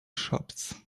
shops